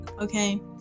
okay